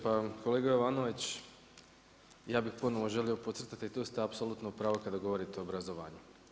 Pa kolega Jovanović, ja bih ponovo želio podcrtati, tu ste apsolutno u pravu kada govorite o obrazovanju.